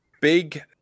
big